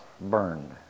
burned